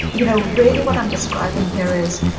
you know really what i'm describing here is,